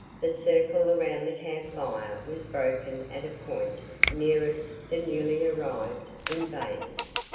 the circle around the camp fire was broken at a point nearest the newly arrived invaders,